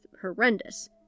horrendous